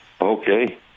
Okay